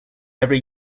every